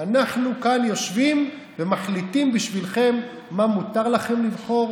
אנחנו כאן יושבים ומחליטים בשבילכם מה מותר לכם לבחור,